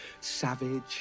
savage